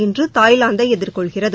இன்று தாய்லாந்தை எதிர்கொள்கிறது